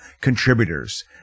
contributors